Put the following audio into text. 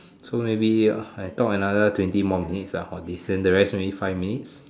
so maybe I talk another twenty more minutes ah on this then maybe the rest five minutes